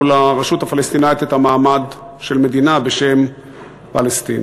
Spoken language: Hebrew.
לרשות הפלסטינית את המעמד של מדינה בשם פלסטין.